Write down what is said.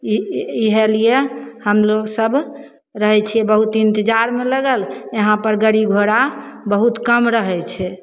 ई इएह लिए हमलोक सभ रहै छिए बहुत इन्तजारमे लगल यहाँपर गाड़ी घोड़ा बहुत कम रहै छै